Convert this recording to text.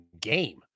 game